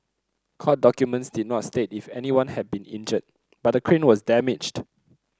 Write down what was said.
court documents did not state if anyone had been injured but the crane was damaged